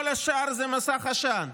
כל השאר זה מסך עשן,